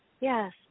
Yes